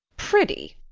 pretty!